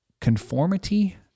conformity